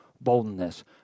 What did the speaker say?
boldness